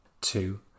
Two